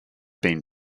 been